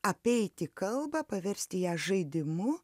apeiti kalbą paversti ją žaidimu